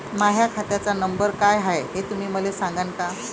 माह्या खात्याचा नंबर काय हाय हे तुम्ही मले सागांन का?